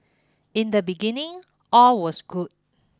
in the beginning all was good